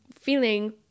feeling